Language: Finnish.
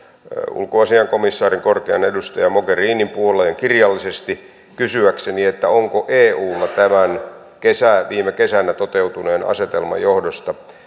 ulkoasiain komissaarin korkean edustajan mogherinin puoleen kirjallisesti kysyäkseni onko eulla tämän viime kesänä toteutuneen asetelman johdosta